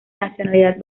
nacionalidad